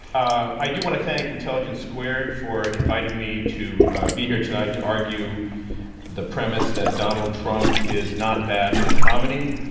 i do want to thank intelligence squared for inviting me to be here tonight to argue the premise that donald trump is not bad for comedy,